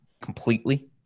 completely